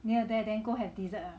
near there then go have dessert